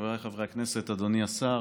חבריי חברי הכנסת, אדוני השר,